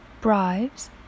bribes